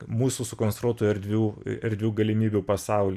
mūsų sukonstruotų erdvių erdvių galimybių pasaulį